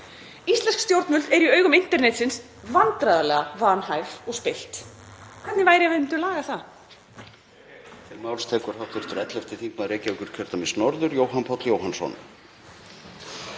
Íslensk stjórnvöld eru í augum internetsins vandræðalega vanhæf og spillt. Hvernig væri ef við myndum laga það?